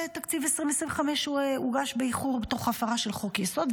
תקציב 2025 הוגש באיחור תוך הפרה של חוק-יסוד,